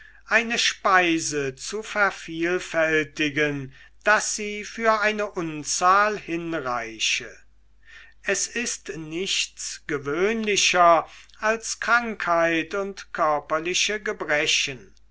eine speise zu vervielfältigen daß sie für eine unzahl hinreiche es ist nichts gewöhnlicher als krankheit und körperliche gebrechen